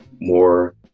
more